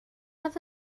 oedd